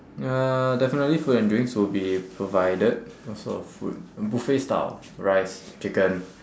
uh definitely food and drinks will be provided what sort of food buffet style rice chicken